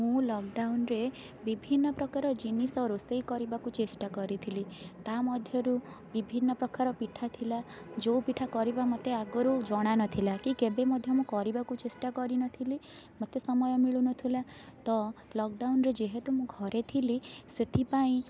ମୁଁ ଲକ୍ଡ଼ାଉନ୍ରେ ବିଭିନ୍ନ ପ୍ରକାରର ଜିନିଷ ରୋଷେଇ କରିବାକୁ ଚେଷ୍ଟା କରିଥିଲି ତା' ମଧ୍ୟରୁ ବିଭିନ୍ନ ପ୍ରକାରର ପିଠା ଥିଲା ଯେଉଁ ପିଠା କରିବା ମୋତେ ଆଗରୁ ଜଣାନଥିଲା କି କେବେ ମଧ୍ୟ ମୁଁ କରିବାକୁ ଚେଷ୍ଟା କରିନଥିଲି ମୋତେ ସମୟ ମିଳୁନଥିଲା ତ ଲକ୍ଡ଼ାଉନ୍ରେ ଯେହେତୁ ମୁଁ ଘରେ ଥିଲି ସେଥିପାଇଁ